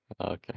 okay